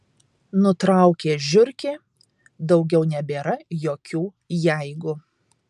nutraukė žiurkė daugiau nebėra jokių jeigu